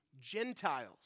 Gentiles